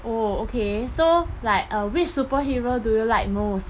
oh okay so like uh which superhero do you like most